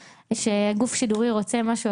כשגוף השידור רוצה משהו,